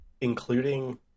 including